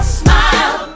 smile